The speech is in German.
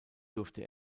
durfte